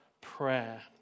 prayer